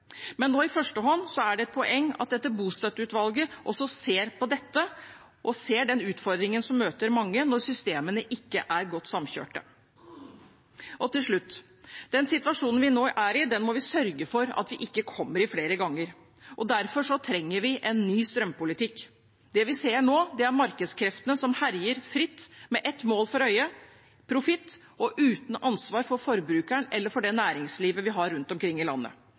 Nå i første hånd er det et poeng at bostøtteutvalget også ser på dette og ser de utfordringer som møter mange når systemene ikke er godt samkjørt. Den situasjonen vi nå er i, må vi sørge for at vi ikke kommer i flere ganger. Derfor trenger vi en ny strømpolitikk. Det vi ser nå, er markedskreftene som herjer fritt med ett mål for øye – profitt – og uten ansvar for forbrukeren eller det næringslivet vi har rundt omkring i landet.